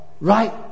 right